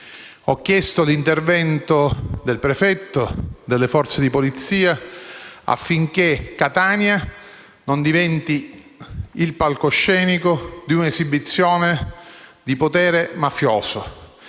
ho richiesto l’intervento del prefetto e delle Forze di polizia affinché Catania non diventi il palcoscenico di un’esibizione di potere mafioso.